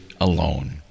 alone